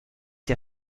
der